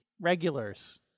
regulars